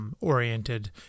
Oriented